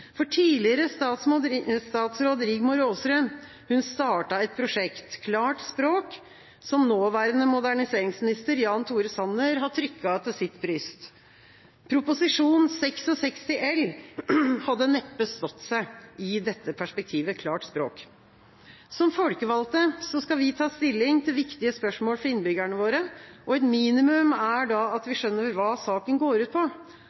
for tidligere statsråd Rigmor Aasrud startet et prosjekt – Klart språk i staten – som nåværende moderniseringsminister Jan Tore Sanner har trykket til sitt bryst. Prop. 66 L for 2013–2014 hadde neppe stått seg i dette perspektivet. Som folkevalgte skal vi ta stilling til viktige spørsmål for innbyggerne våre, og et minimum er da at vi skjønner hva saken går ut på.